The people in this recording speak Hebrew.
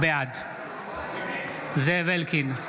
בעד זאב אלקין,